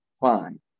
Fine